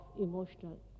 emotional